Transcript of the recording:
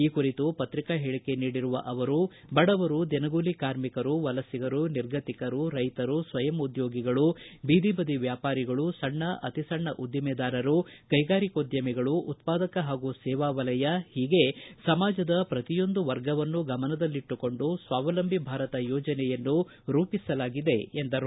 ಈ ಕುರಿತು ಪ್ರತಿಕಾ ಹೇಳಿಕೆ ನೀಡಿರುವ ಅವರು ಬಡವರು ದಿನಗೂಲಿ ಕಾರ್ಮಿಕರು ವಲಸಿಗರು ನಿರ್ಗತಿಕರು ರೈತರು ಸ್ವಯಂ ಉದ್ಯೋಗಿಗಳು ಬೀದಿಬದಿ ವ್ಯಾಪಾರಿಗಳು ಸಣ್ಣ ಅತಿಸಣ್ಣ ಉದ್ದಿಮೆದಾರರು ಕೈಗಾರಿಕೋದ್ಯಮಿಗಳು ಉತ್ಪಾದಕ ಹಾಗೂ ಸೇವಾ ವಲಯ ಹೀಗೆ ಸಮಾಜದ ಪ್ರತಿಯೊಂದು ವರ್ಗವನ್ನೂ ಗಮನದಲ್ಲಿಟ್ಟುಕೊಂಡು ಸ್ವಾವಲಂಬಿ ಭಾರತ್ ಯೋಜನೆಯನ್ನು ರೂಪಿಸಲಾಗಿದೆ ಎಂದರು